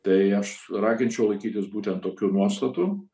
tai aš raginčiau laikytis būtent tokių nuostatų